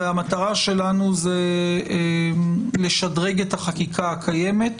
והמטרה שלנו היא לשדרג את החקיקה הקיימת.